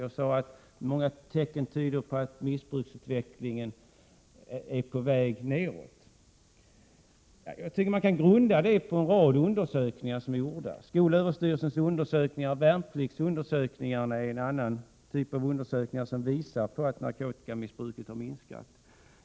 Jag sade att många tecken tyder på att missbruksutvecklingen är på väg neråt. Jag tycker att man kan grunda det på en rad undersökningar som är gjorda, t.ex. av skolöverstyrelsen. Värnpliktsundersökningarna är en annan typ av undersökningar som visar på att narkotikamissbruket har minskat.